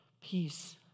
peace